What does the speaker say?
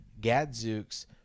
Gadzooks